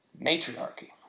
Matriarchy